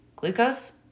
Glucose